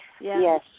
Yes